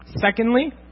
Secondly